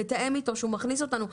לתאם איתו שהוא מכניס אותנו.